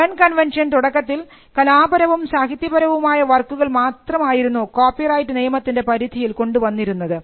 burn convention തുടക്കത്തിൽ കലാപരവും സാഹിത്യപരവുമായ വർക്കുകൾ മാത്രം ആയിരുന്നു കോപ്പിറൈറ്റ് നിയമത്തിൻറെ പരിധിയിൽ കൊണ്ടു വന്നിരുന്നത്